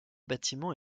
bâtiment